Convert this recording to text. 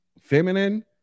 feminine